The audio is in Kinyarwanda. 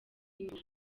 inyungu